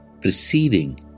preceding